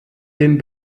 den